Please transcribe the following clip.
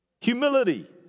Humility